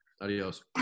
Adios